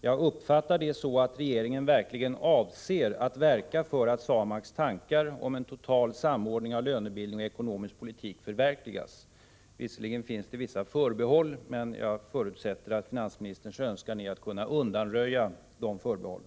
Jag uppfattar det så, att regeringen faktiskt avser att verka för att SAMAK:s tankar om en total samordning av lönebildning och ekonomisk politik förverkligas. Visserligen finns det i svaret vissa förbehåll, men jag förutsätter att finansministerns önskan är att kunna undanröja dessa förbehåll.